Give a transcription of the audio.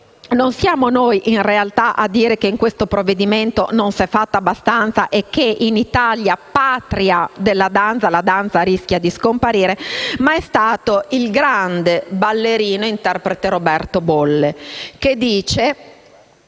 non siamo noi in realtà a dire che in questo provvedimento non si è fatto abbastanza e che in Italia, patria della danza, questa rischia di scomparire. È stato il grande ballerino ed interprete Roberto Bolle a dire